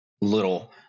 little